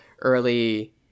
early